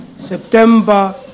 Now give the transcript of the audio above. September